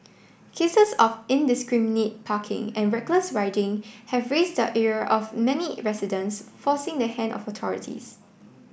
cases of indiscriminate parking and reckless riding have raised the ire of many residents forcing the hand of authorities